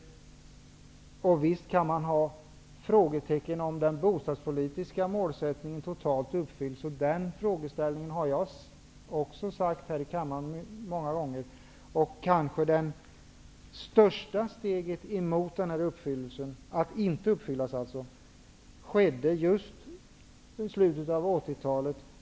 Förvisso kan man fråga sig huruvida den bostadspolitiska målsättningen totalt uppfylls. Den frågan har jag ställt här i kammaren många gånger. Det kanske största steget från målsättningen togs i slutet av 1980-talet.